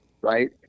right